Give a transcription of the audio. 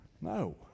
No